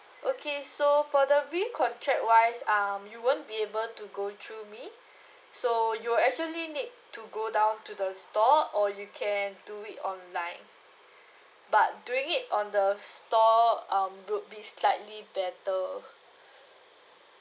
okay so for the recontract wise um you won't be able to go through me so you will actually need to go down to the store or you can do it online but doing it on the store um would be slightly better